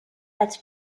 als